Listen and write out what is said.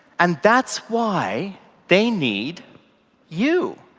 and that's why they need you.